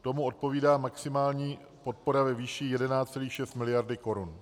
Tomu odpovídá maximální podpora ve výši 11,6 mld. korun.